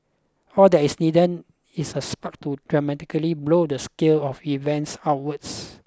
all that is needed is a spark to dramatically blow the scale of events outwards